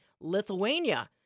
Lithuania